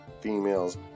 females